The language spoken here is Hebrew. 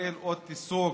שישראל עוד תיסוג